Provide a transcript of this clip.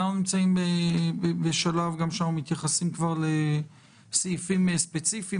אנחנו נמצאים בשלב שאנחנו מתייחסים כבר לסעיפים ספציפיים.